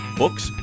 books